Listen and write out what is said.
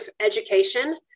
education